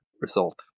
result